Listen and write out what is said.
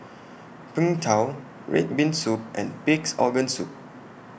Png Tao Red Bean Soup and Pig'S Organ Soup